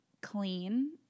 clean